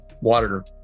water